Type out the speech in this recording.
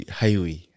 highway